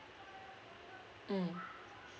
mm